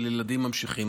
של ילדים ממשיכים.